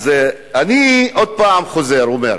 אז אני עוד פעם חוזר ואומר: